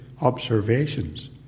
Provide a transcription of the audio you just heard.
observations